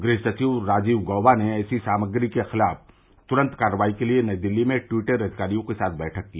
गृह सविव राजीव गौबा ने ऐसी सामग्री के खिलाफ तुरंत कार्रवाई के लिए नई दिल्ली में ट्विटर अधिकारियों के साथ बैठक की